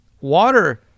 water